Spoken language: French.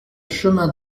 chemin